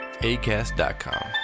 ACAST.com